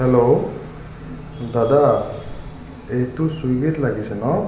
hello দাদা এইটো চুইগী'ত লাগিছে ন